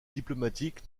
diplomatique